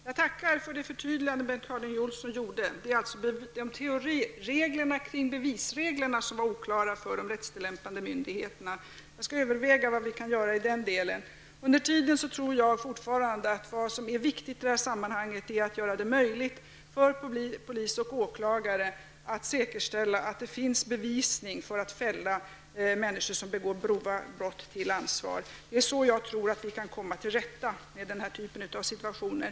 Herr talman! Jag tackar för det förtydligande Bengt Harding Olson gjorde. Det är alltså bevisreglerna som är oklara för de rättstillämpande myndigheterna. Jag skall överväga vad vi kan göra i den delen. Under tiden tror jag fortfarande att det viktiga i det här sammanhanget är att göra det möjligt för polis och åklagare att säkerställa att det finns bevisning för att fälla människor som begår grova brott till ansvar. Så tror jag att vi kan komma till rätta med den här typen av situationer.